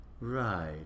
Right